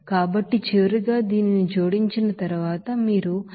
కాబట్టి చివరగా దీనిని జోడించిన తరువాత మీరు ఈ 280